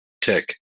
tick